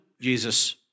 Jesus